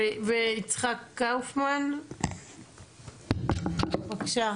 יצחק קאופמן, בבקשה.